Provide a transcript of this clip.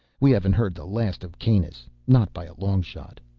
we haven't heard the last of kanus not by a long shot.